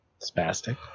Spastic